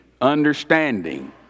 Understanding